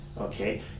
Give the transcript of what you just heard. okay